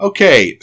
Okay